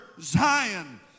Zion